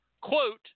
quote